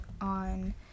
on